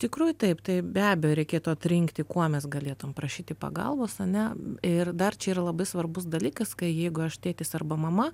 tikrųjų taip tai be abejo reikėtų atrinkti kuo mes galėtum prašyti pagalbos ane ir dar čia yra labai svarbus dalykas kai jeigu aš tėtis arba mama